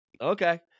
Okay